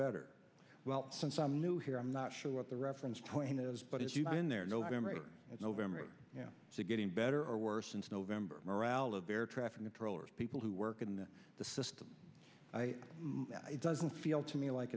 better well since i'm new here i'm not sure what the reference point in those but if you've been there in november november to getting better or worse since november morale of air traffic controllers people who work in the system it doesn't feel to me like